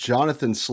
Jonathan